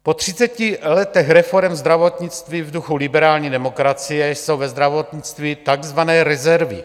Po třiceti letech reforem zdravotnictví v duchu liberální demokracie jsou ve zdravotnictví takzvané rezervy.